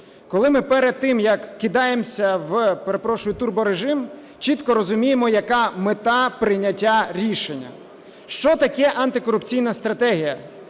коли ми перед тим, як кидаємо в, перепрошую, турборежим, чітко розуміємо, яка мета прийняття рішення. Що таке антикорупційна стратегія?